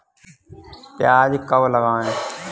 प्याज कब लगाएँ?